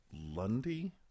Lundy